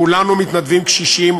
כולנו מתנדבים קשישים,